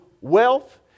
wealth